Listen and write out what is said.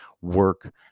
work